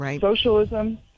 Socialism